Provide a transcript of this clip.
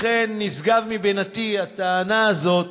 לכן נשגבת מבינתי הטענה הזאת